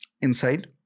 inside